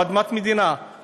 או אדמת מדינה.